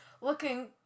looking